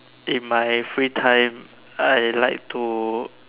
in my free time I like to